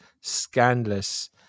scandalous